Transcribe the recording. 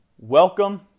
Welcome